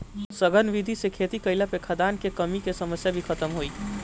सघन विधि से खेती कईला पे खाद्यान कअ कमी के समस्या भी खतम होई